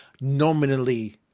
nominally